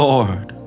Lord